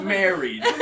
married